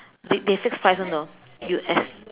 ba~ basic price [one] you know U_S